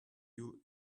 you